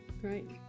Great